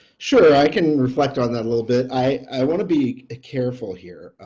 sure, i can reflect on that a little bit. i want to be ah careful here.